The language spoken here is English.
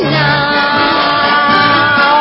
now